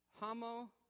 homo